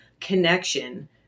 connection